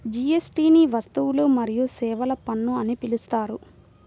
జీఎస్టీని వస్తువులు మరియు సేవల పన్ను అని పిలుస్తారు